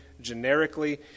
generically